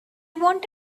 want